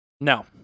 No